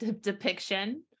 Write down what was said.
depiction